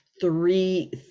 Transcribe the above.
three